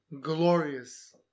glorious